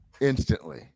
Instantly